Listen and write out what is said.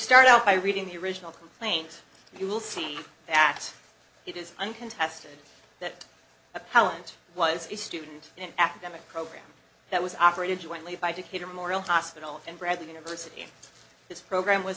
start out by reading the original complaint you will see that it is uncontested that appellant was a student in an academic program that was operated jointly by decatur morial hospital and bradley university and its program was